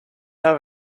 have